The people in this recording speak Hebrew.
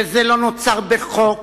וזה לא נוצר בחוק